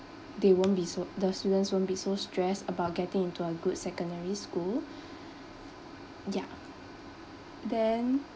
they won't be so the students won't be so stressed about getting into a good secondary school ya then